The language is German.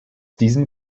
diesem